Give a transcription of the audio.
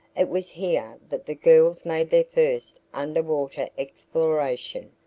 it was here that the girls made their first under-water exploration.